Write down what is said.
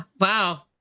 wow